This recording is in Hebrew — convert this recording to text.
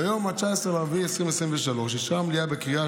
ביום 19 באפריל 2023 אישרה המליאה בקריאה